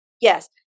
Yes